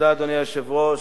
אדוני היושב-ראש,